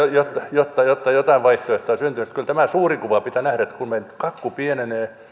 jotta jotta jotain vaihtoehtoja syntyisi kyllä tämä suuri kuva pitää nähdä että kun meidän kakkumme pienenee